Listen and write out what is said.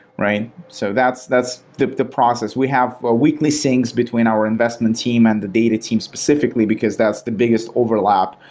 right? so that's that's the the process. we have a weekly syncs between our investment team and the data team specifically, because that's the biggest overlap.